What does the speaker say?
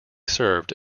served